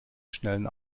schnellen